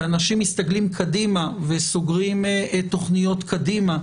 כי אנשים מסתכלים קדימה וסוגרים תוכניות קדימה,